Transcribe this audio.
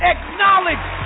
Acknowledge